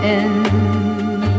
end